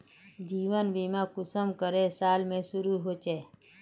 जीवन बीमा कुंसम करे साल से शुरू होचए?